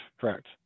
Correct